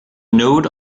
node